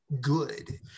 good